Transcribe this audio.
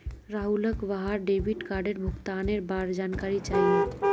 राहुलक वहार डेबिट कार्डेर भुगतानेर बार जानकारी चाहिए